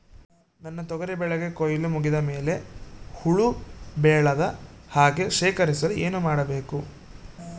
ನನ್ನ ತೊಗರಿ ಬೆಳೆಗೆ ಕೊಯ್ಲು ಮುಗಿದ ಮೇಲೆ ಹುಳು ಬೇಳದ ಹಾಗೆ ಶೇಖರಿಸಲು ಏನು ಮಾಡಬೇಕು?